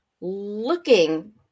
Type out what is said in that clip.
looking